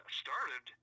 started